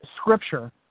Scripture